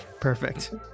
perfect